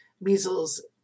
measles